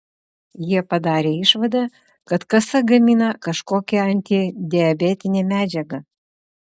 jie padarė išvadą kad kasa gamina kažkokią antidiabetinę medžiagą